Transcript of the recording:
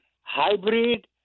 hybrid